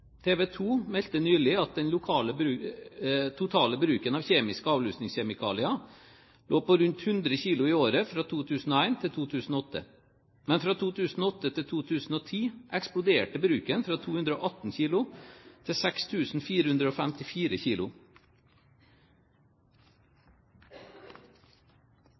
meldte nylig at den totale bruken av kjemiske avlusningskjemikalier lå på rundt 100 kg i året fra 2001 til 2008, men fra 2008 til 2010 eksploderte bruken, fra 218 kg til